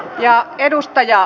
ja edustaja